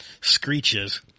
screeches